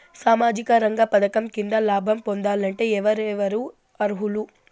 సామాజిక రంగ పథకం కింద లాభం పొందాలంటే ఎవరెవరు అర్హులు?